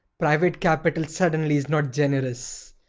private capital suddenly is not generous.